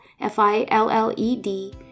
F-I-L-L-E-D